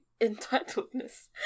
entitledness